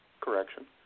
correction